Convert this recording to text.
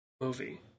movie